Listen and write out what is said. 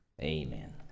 Amen